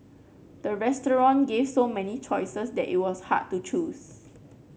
the restaurant gave so many choices that it was hard to choose